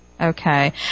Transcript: Okay